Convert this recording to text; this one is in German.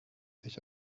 sich